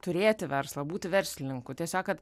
turėti verslą būti verslininku tiesiog kad